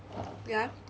ya